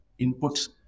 inputs